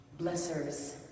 blessers